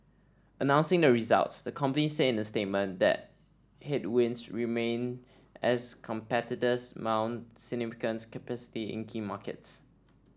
announcing the results the company said in a statement that headwinds remain as competitors mount significance capacity in key markets